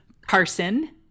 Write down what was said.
Carson